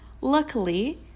Luckily